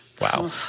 Wow